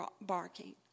barking